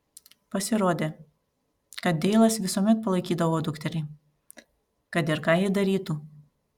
pasirodė kad deilas visuomet palaikydavo dukterį kad ir ką ji darytų